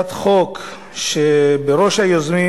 בהצעת חוק שבראש היוזמים